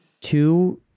Two